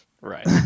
Right